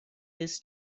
this